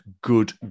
good